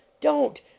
Don't